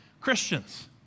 Christians